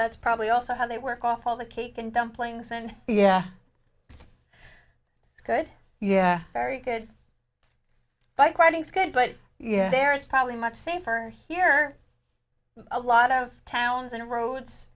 that's probably also how they work off all the cake and dumplings and yeah it's good yeah very good bike riding is good but there is probably much safer here a lot of towns and r